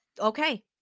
okay